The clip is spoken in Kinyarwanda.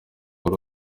wari